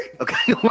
Okay